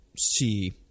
see